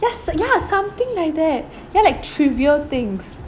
just ya something like that ya like trivial things